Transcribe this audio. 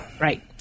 Right